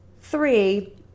Three